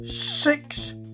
six